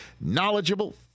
knowledgeable